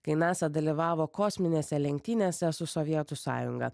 kai nasa dalyvavo kosminėse lenktynėse su sovietų sąjunga